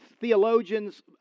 theologians